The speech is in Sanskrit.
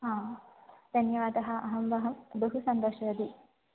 हा धन्यवादः अहं बहु बहु सन्तुष्टा भवामि